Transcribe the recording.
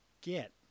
get